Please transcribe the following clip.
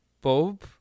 Bob